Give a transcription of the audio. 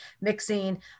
mixing